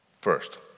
First